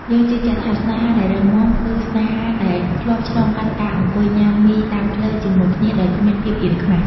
យើងជឿជាក់ថា ស្នេហាដែលរឹងមាំ គឺស្នេហាដែលធ្លាប់ឆ្លងកាត់ការអង្គុយញ៉ាំមីតាមផ្លូវជាមួយគ្នាដោយគ្មានភាពអៀនខ្មាស។